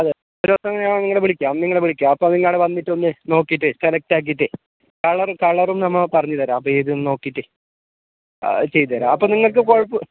അതെ ഒരു ദിവസം ഞാൻ നിങ്ങളെ വിളിക്കാം നിങ്ങളെ വിളിക്കാം അപ്പം നിങ്ങൾ അവിടെ വന്നിട്ട് ഒന്ന് നോക്കിയിട്ട് സെലക്ട് ആക്കിയിട്ട് കളറ് കളറും നമ്മൾ പറഞ്ഞ് തരാം പേരും നോക്കിയിട്ട് ചെയ്ത് തരാം അപ്പം നിങ്ങൾക്ക് കുഴപ്പം